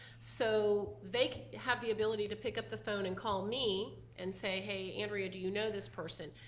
so they have the ability to pick up the phone and call me and say hey andrea, do you know this person?